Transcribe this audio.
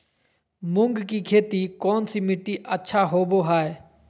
मूंग की खेती कौन सी मिट्टी अच्छा होबो हाय?